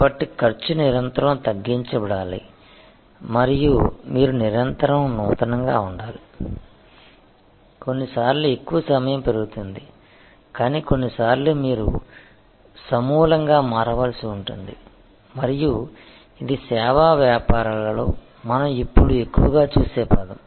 కాబట్టి ఖర్చు నిరంతరం తగ్గించబడాలి మరియు మీరు నిరంతరం నూతనంగా ఉండాలి కొన్నిసార్లు ఎక్కువ సమయం పెరుగుతుంది కానీ కొన్నిసార్లు మీరు సమూలంగా మారవలసి ఉంటుంది మరియు ఇది సేవా వ్యాపారాలలో మనం ఇప్పుడు ఎక్కువగా చూసే పథం